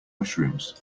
mushrooms